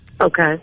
okay